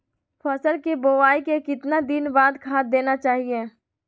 फसल के बोआई के कितना दिन बाद खाद देना चाइए?